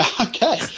Okay